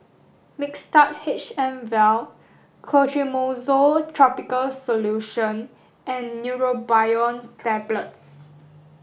Mixtard H M Vial Clotrimozole topical solution and Neurobion Tablets